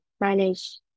manage